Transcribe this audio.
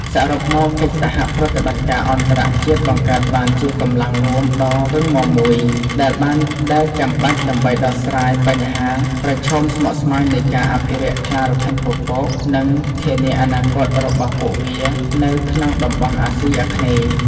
សរុបមក កិច្ចសហប្រតិបត្តិការអន្តរជាតិបង្កើតបានជាកម្លាំងរួមដ៏រឹងមាំមួយ ដែលចាំបាច់ដើម្បីដោះស្រាយបញ្ហាប្រឈមស្មុគស្មាញនៃការអភិរក្សខ្លារខិនពពក និងធានាអនាគតរបស់ពួកវានៅក្នុងតំបន់អាស៊ីអាគ្នេយ៍។